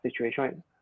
situation